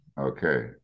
Okay